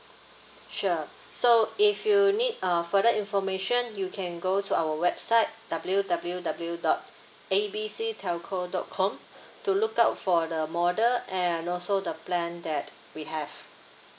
sure so if you need uh further information you can go to our website W W W dot A B C telco dot com to look out for the model and also the plan that we have